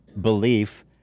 belief